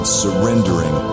surrendering